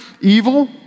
evil